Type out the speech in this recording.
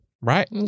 right